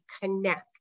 connect